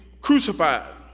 Crucified